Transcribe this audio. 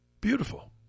Beautiful